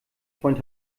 freund